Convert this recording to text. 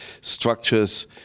structures